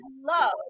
Love